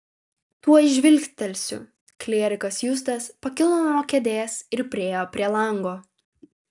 tuoj žvilgtelsiu klierikas justas pakilo nuo kėdės ir priėjo prie lango